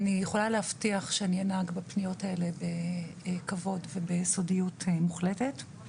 אני יכולה להבטיח שאני אנהג בפניות האלה בכבוד וביסודיות מוחלטת.